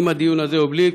עם הדיון הזה או בלי,